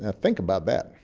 ah think about that.